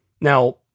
Now